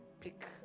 pick